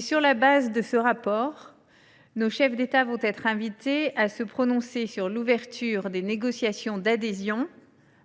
Sur la base de ce rapport, nos chefs d’État et de gouvernement vont être invités à se prononcer sur l’ouverture des négociations d’adhésion